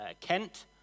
Kent